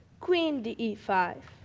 queen to e five.